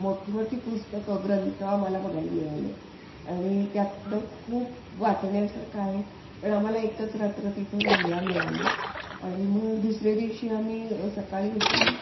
मोठी मोठी पुस्तकं ग्रंथ आम्हाला बघायला मिळाले आणि त्यातून खूप वाचण्यासारखं आहे पण आम्हाला एकच रात्र तिथं राहायला मिळालं आणि मग दुसऱ्या दिवशी आम्ही सकाळी उठून